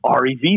REV